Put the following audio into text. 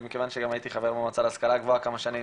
ומכיוון שגם הייתי חבר במועצה להשכלה גבוהה כמה שנים,